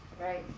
Right